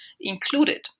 included